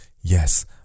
yes